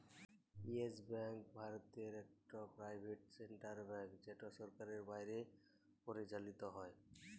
yes Bank ভারতের ইকট private sector bank যেট সরকারের বাইরে পরিচালিত হ্যয়